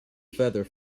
feather